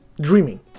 dreaming